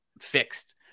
fixed